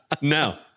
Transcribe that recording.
No